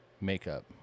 makeup